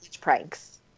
pranks